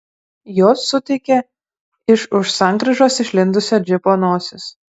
jos suteikė iš už sankryžos išlindusio džipo nosis